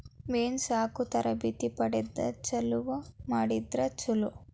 ಮೇನಾ ಸಾಕು ತರಬೇತಿ ಪಡದ ಚಲುವ ಮಾಡಿದ್ರ ಚುಲೊ